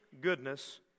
goodness